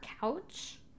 couch